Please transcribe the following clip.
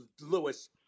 Lewis